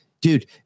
Dude